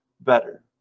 better